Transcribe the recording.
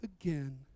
again